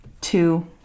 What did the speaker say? Two